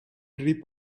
drip